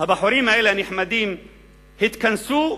הבחורים הנחמדים האלה התכנסו,